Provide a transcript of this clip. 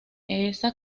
esa